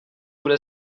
bude